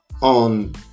on